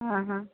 हाँ हाँ